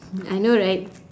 I know right